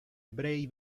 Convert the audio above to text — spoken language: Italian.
ebrei